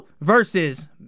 versus